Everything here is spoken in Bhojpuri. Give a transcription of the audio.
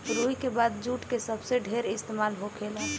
रुई के बाद जुट के सबसे ढेर इस्तेमाल होखेला